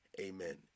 Amen